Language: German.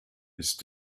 ist